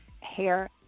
Hair